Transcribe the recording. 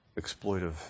exploitive